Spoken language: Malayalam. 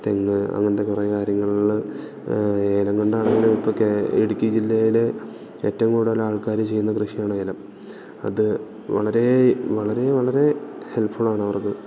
തെങ്ങ് അങ്ങനെത്തെ കുറേ കാര്യങ്ങളിൽ ഏലം കൊണ്ടാണങ്കിലും ഇപ്പോൾ ഇടുക്കി ജില്ലയിൽ ഏറ്റവും കൂടുതൽ ആൾക്കാർ ചെയ്യുന്ന കൃഷിയാണ് ഏലം അത് വളരെ വളരെ വളരെ ഹെൽപ്ഫുള്ള് ആണവർക്ക്